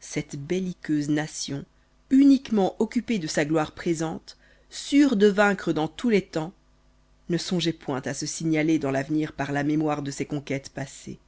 cette belliqueuse nation uniquement occupée de sa gloire présente sûre de vaincre dans tous les temps ne songeoit point à se signaler dans l'avenir par la mémoire de ses conquêtes passées